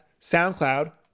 SoundCloud